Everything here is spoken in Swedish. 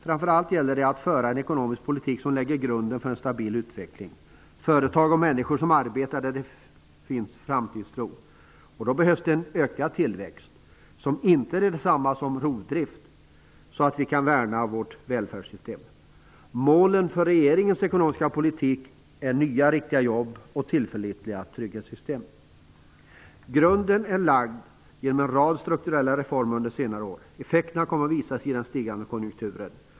Framför allt gäller det att föra en ekonomisk politik som lägger grunden för en stabil utveckling. Företag och människor som arbetar måste få en framtidstro. Då behövs det en ökad tillväxt -- som inte är detsamma som rovdrift -- så att vi kan värna vårt välfärdssystem. Målen för regeringens ekonomiska politik är nya riktiga jobb och tillförlitliga trygghetssystem. Grunden är lagd genom en rad strukturella reformer under senare år. Effekterna kommer att visas i den stigande konjunkturen.